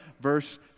verse